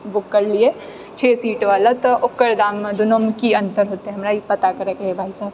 book करलिऐ छओ seat वला तऽ ओकर दाममे दोनोमे की अंतर होतए हमरा ई पता करएकए हइ भाई साहब